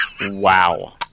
Wow